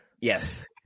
Yes